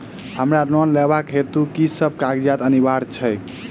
हमरा लोन लेबाक हेतु की सब कागजात अनिवार्य छैक?